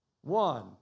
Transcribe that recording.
One